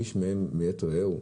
איש מאת רעהו?